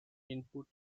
input